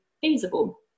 feasible